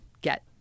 get